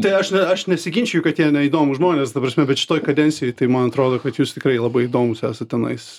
tai aš ne aš nesiginčiju kad jie neįdomūs žmonės ta prasme bet šitoj kadencijoj tai man atrodo kad jūs tikrai labai įdomūs esat tenais